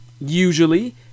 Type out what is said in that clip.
usually